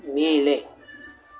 ಮೇಲೆ